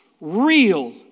real